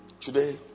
today